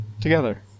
Together